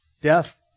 death